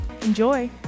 Enjoy